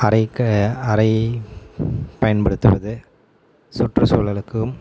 அறைக்கு அறை பயன்படுத்துவது சுற்றுசூழலுக்கும்